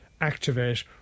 activate